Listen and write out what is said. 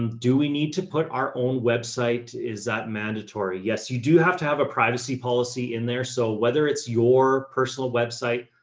um do we need to put our website? is that mandatory? yes. you do have to have a privacy policy in there. so whether it's your personal website,